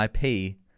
IP